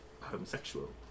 homosexual